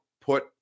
put